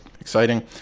exciting